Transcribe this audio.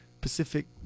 Pacific